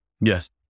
Yes